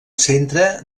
centre